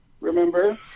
remember